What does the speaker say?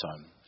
time